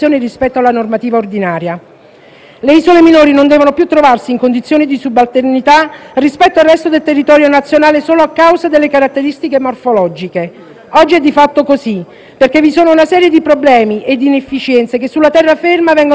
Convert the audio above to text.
Le isole minori non devono più trovarsi in condizione di subalternità rispetto al resto del territorio nazionale solo a causa delle caratteristiche morfologiche. Oggi è di fatto così, perché vi sono una serie di problemi e di inefficienze che sulla terraferma vengono considerate di facile soluzione,